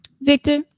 Victor